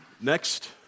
Next